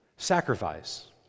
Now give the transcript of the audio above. sacrifice